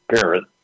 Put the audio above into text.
parent